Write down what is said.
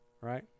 right